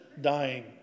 dying